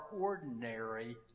ordinary